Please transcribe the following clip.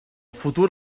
futur